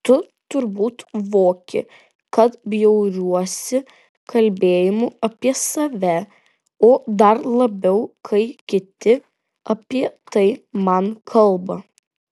tu turbūt voki kad bjauriuosi kalbėjimu apie save o dar labiau kai kiti apie tai man kalba